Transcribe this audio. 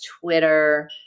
Twitter